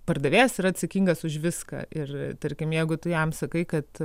pardavėjas yra atsakingas už viską ir tarkim jeigu tu jam sakai kad